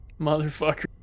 Motherfucker